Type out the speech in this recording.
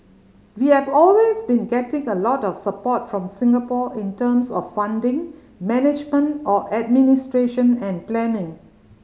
we have always been getting a lot of support from Singapore in terms of funding management or administration and planning